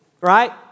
Right